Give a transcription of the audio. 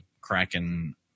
kraken